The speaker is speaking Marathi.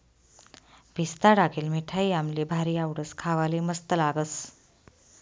पिस्ता टाकेल मिठाई आम्हले भारी आवडस, खावाले मस्त लागस